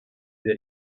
der